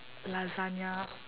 lasagna